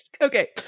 Okay